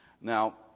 Now